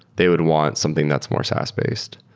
they would want something that's more saas-based.